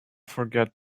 forget